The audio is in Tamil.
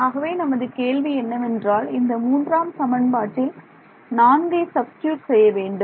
ஆகவே நமது கேள்வி என்னவென்றால் இந்த மூன்றாம் சமன்பாட்டில் நான்கை சப்ஸ்டிட்யூட் செய்ய வேண்டும்